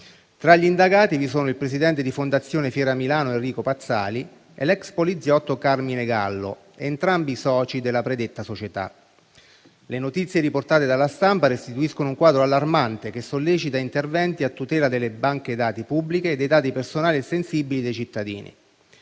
tra gli indagati vi sono il presidente di fondazione Fiera Milano Enrico Pazzali e l'ex poliziotto Carmine Gallo, entrambi soci della società; le notizie riportate dalla stampa restituiscono un quadro allarmante che sollecita interventi a tutela delle banche dati pubbliche e dei dati personali e sensibili dei cittadini;